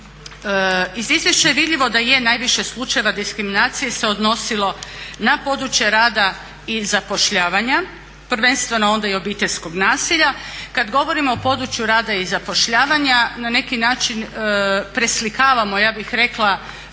Iz izvješća je vidljivo da je najviše slučajeva diskriminacije se odnosilo na područje rada i zapošljavanja, prvenstveno onda i obiteljskog nasilja. Kad govorimo o području rada i zapošljavanja na neki način preslikavamo ja bih rekla